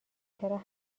چرا